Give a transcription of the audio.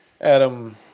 Adam